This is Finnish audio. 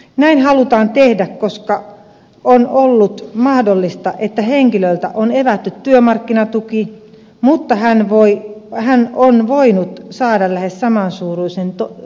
näin halutaan tehdä koska on ollut mahdollista että henkilöltä on evätty työmarkkinatuki mutta hän on voinut saada lähes saman suuruisen toimeentulotuen